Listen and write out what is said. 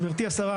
גברתי השרה,